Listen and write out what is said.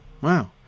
Wow